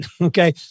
okay